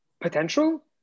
potential